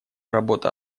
работа